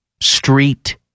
street